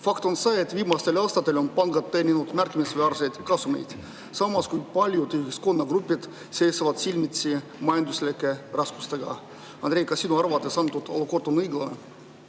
Fakt on see, et viimastel aastatel on pangad teeninud märkimisväärseid kasumeid, samas kui paljud ühiskonnagrupid seisavad silmitsi majanduslike raskustega. Andrei, kas sinu arvates on olukord õiglane?